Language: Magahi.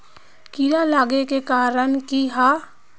कीड़ा लागे के कारण की हाँ?